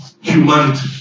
humanity